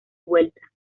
vuelta